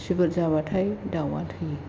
सिबोद जाब्लाथाय दाउआ थैयो